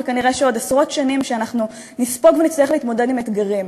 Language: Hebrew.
וכנראה עוד עשרות שנים נספוג ונצטרך להתמודד עם אתגרים,